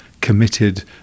committed